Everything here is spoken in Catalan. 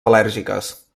al·lèrgiques